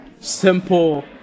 simple